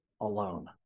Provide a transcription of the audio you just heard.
alone